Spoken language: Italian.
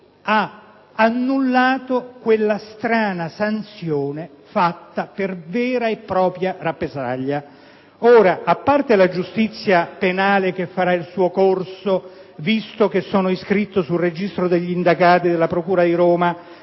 ha annullato quella strana sanzione inflitta per vera e propria rappresaglia. A parte la giustizia penale che farà il suo corso, dal momento che sono iscritti nel registro degli indagati della procura di Roma